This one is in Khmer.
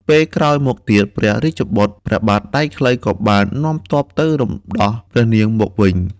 ពេលក្រោយមកទៀត ព្រះរាជបុត្រព្រះបាទដៃខ្លីក៏បាននាំទ័ពទៅរំដោះព្រះនាងមកវិញ។